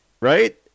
Right